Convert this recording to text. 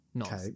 Okay